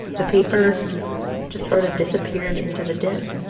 the paper just sort of disappeared into the din.